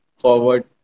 forward